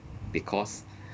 because